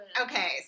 Okay